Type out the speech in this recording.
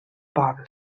poble